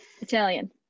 Italian